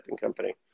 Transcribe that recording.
company